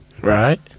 Right